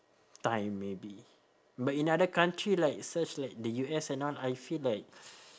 time maybe but in other country like such like the U_S and all I feel like